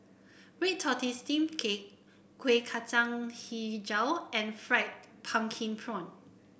Red Tortoise Steamed Cake Kueh Kacang hijau and fried pumpkin prawn